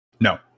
No